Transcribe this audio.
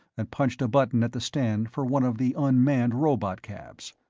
and punched a button at the stand for one of the unmanned robotcabs.